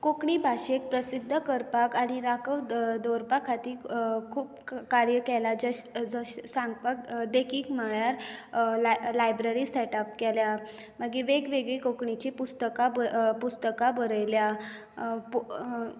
कोंकणी भाशेक प्रसिद्द करपाक आनी राखोव दवरपा खातीर खूब कार्य केल्यात जशे जशे सांगपाक देखीक म्हळ्यार लाय लायब्ररी सेटअप केल्या मागीर वेग वेगळीं कोंकणीचीं पुस्तकां पुस्तकां बरयल्यां